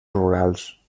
rurals